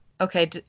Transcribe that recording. Okay